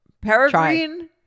Peregrine